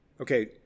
Okay